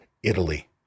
Italy